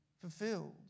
fulfilled